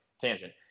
tangent